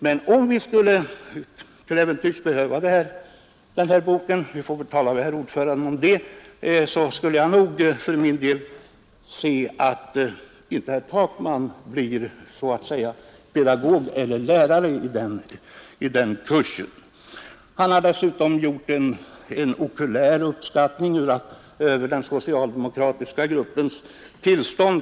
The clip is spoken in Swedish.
Men om vi till äventyrs skulle behöva denna bok — vi får väl tala med utskottets ordförande om det — skulle jag för min del nog se att inte herr Takman blir pedagog eller lärare vid den kursen. Han har dessutom gjort en okuläruppskattning av den socialdemokratiska gruppens tillstånd.